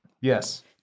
Yes